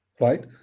right